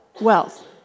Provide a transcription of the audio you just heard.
wealth